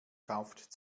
kauft